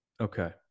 Okay